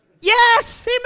Yes